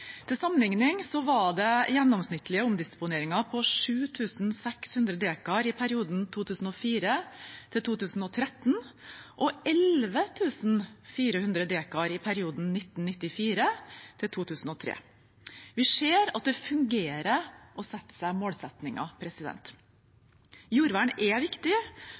Til sammenligning var de gjennomsnittlige omdisponeringene på 7 600 dekar i perioden 2004–2013 og på 11 400 dekar i perioden 1994–2003. Vi ser at det fungerer å sette seg mål. Jordvern er viktig